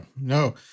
no